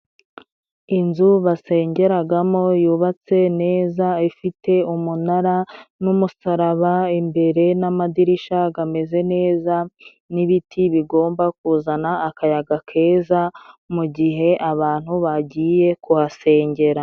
Inzu basengeragamo yubatse neza, ifite umunara n'umusaraba imbere n'amadirisha gameze neza, n'ibiti bigomba kuzana akayaga keza mu gihe abantu bagiye kuhasengera.